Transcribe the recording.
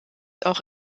auch